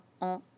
en